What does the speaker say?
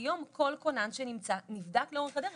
היום כל כונן שנמצא נבדק לאורך הדרך.